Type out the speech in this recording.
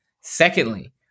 Secondly